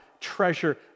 treasure